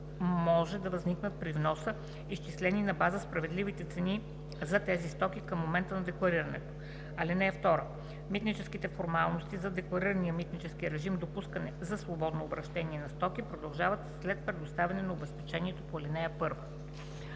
Митническите формалности за декларирания митнически режим допускане за свободно обращение на стоки продължават след предоставяне на обезпечението по ал. 1.“